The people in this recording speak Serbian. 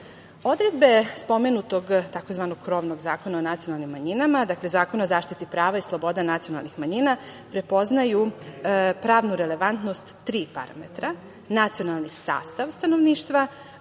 spomenutog, tzv. krovnog zakona o nacionalni manjinama, dakle, Zakon o zaštiti prava i sloboda nacionalnih manjina, prepoznaju pravnu relevantnost tri parametra – nacionalni sastav stanovništva,